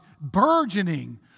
burgeoning